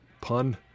pun